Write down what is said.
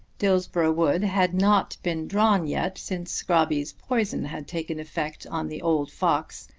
dillsborough wood had not been drawn yet since scrobby's poison had taken effect on the old fox,